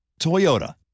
Toyota